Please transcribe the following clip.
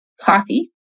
coffee